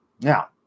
Now